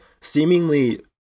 seemingly